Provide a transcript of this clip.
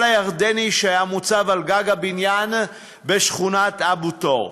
הירדני שהיה מוצב על גג הבניין בשכונת אבו טור,